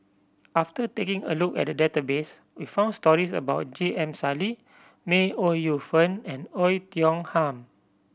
after taking a look at the database we found stories about J M Sali May Ooi Yu Fen and Oei Tiong Ham